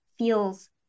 feels